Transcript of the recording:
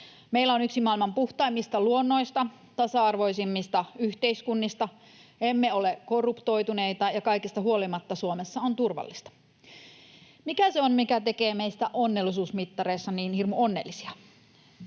Meillä on yksi maailman puhtaimmista luonnoista, tasa-arvoisimmista yhteiskunnista, emme ole korruptoituneita, ja kaikesta huolimatta Suomessa on turvallista. Mikä se on, mikä tekee meistä onnellisuusmittareissa niin hirmu onnellisia?